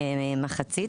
כמחצית,